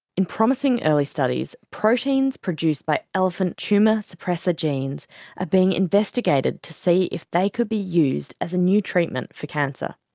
in promising early studies, proteins produced by elephant tumour suppressor genes are ah being investigated to see if they could be used as a new treatment for cancer.